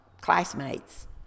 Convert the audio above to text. classmates